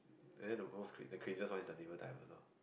then the old street the craziest one is the neighbour type you know